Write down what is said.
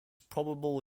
probable